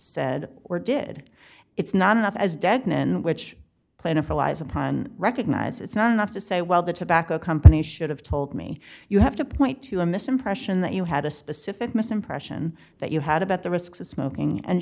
said or did it's not enough as degnan which plaintiff allies upon recognize it's not enough to say well the tobacco companies should have told me you have to point to a misimpression that you had a specific misimpression that you had about the risks of smoking and